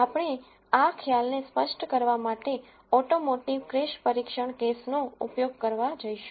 આપણે આ ખ્યાલને સ્પષ્ટ કરવા માટે ઓટોમોટિવ ક્રેશ પરીક્ષણ કેસનો ઉપયોગ કરવા જઈશું